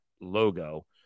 logo